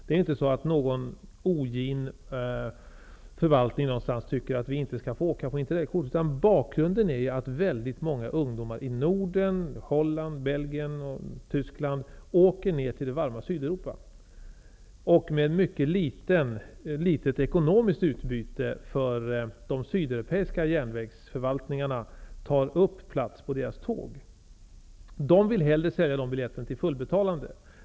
Det är inte så att någon ogin förvaltning någonstans tycker att vi inte skall få åka med interrailkort, utan bakgrunden är att många ungdomar från Norden, Holland, Belgien och Tyskland åker ner till det varma Sydeuropa och, med mycket litet ekonomiskt utbyte för de sydeuropeiska järnvägsförvaltningarna, tar upp plats på deras tåg. De vill hellre sälja biljetterna till fullbetalande.